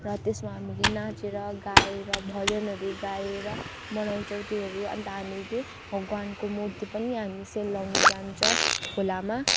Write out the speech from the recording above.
त्यसमा हामीले नाचेर गाएर भजनहरू गाएर मनाउँछौँ त्योहरू अन्त हामीले भगवान्को मुर्ती पनि हामी सेलाउन जान्छ खोलामा